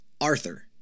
Arthur